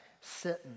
sitting